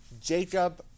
Jacob